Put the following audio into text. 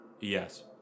Yes